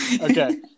Okay